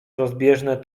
rozbieżne